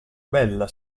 bella